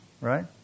right